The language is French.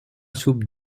soupe